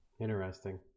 Interesting